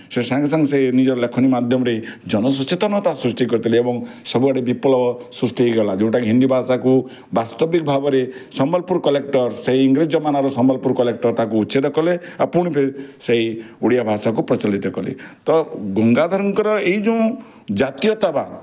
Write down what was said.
ସେ ସାଙ୍ଗେ ସାଙ୍ଗେ ସେ ନିଜର ଲେଖନୀ ମାଧ୍ୟମରେ ଜନ ସଚେତନତା ସୃଷ୍ଟି କରିଥିଲେ ଏବଂ ସବୁଆଡ଼େ ବିପ୍ଳବ ସୃଷ୍ଟି ହେଇଗଲା ଯେଉଁଟାକୁ ହିନ୍ଦୀ ଭାଷାକୁ ବାସ୍ତବିକ ଭାବରେ ସମ୍ବଲପୁର କଲେକ୍ଟର୍ ସେଇ ଇଂରେଜ ଜମାନାର ସମ୍ବଲପୁର କଲେକ୍ଟର ତାକୁ ଉଚ୍ଛେଦ କଲେ ଆଉ ପୁଣି ଫେର୍ ସେଇ ଓଡ଼ିଆ ଭାଷାକୁ ପ୍ରଚଳିତ କଲେ ତ ଗଙ୍ଗାଧରଙ୍କର ଏଇ ଯେଉଁ ଜାତୀୟତାବାଦ